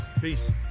Peace